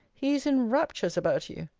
he is in raptures about you.